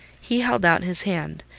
he held out his hand.